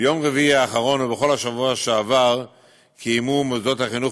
ביום רביעי האחרון ובכל השבוע שעבר קיימו מוסדות החינוך